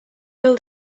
bill